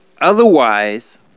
Otherwise